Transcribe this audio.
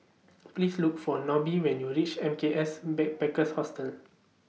Please Look For Nobie when YOU REACH M K S Backpackers Hostel